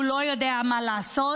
הוא לא יודע מה לעשות,